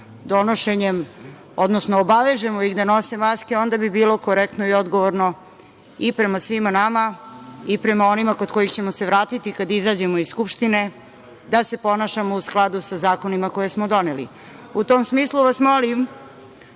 donošenjem, odnosno obavežemo ih da nose maske, onda bi bilo korektno i odgovorno i prema svima nama i prema onima kod kojih ćemo se vratiti kada izađemo iz Skupštine da se ponašamo u skladu sa zakonima koje smo doneli.U tom smislu molim